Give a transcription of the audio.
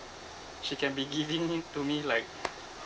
she can be giving it to me like